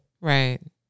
Right